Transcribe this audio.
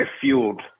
fueled